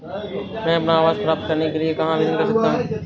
मैं अपना आवास प्राप्त करने के लिए कहाँ आवेदन कर सकता हूँ?